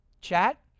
chat